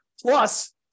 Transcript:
Plus